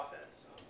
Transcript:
offense